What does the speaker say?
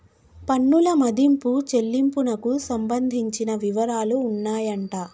పన్నుల మదింపు చెల్లింపునకు సంబంధించిన వివరాలు ఉన్నాయంట